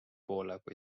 tulnud